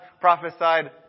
prophesied